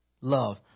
Love